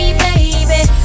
baby